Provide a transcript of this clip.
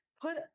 put